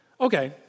Okay